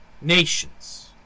nations